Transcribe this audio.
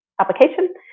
application